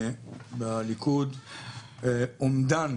בליכוד אומדן